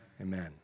Amen